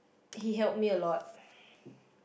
he helped me a lot